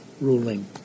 ruling